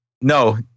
no